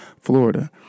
Florida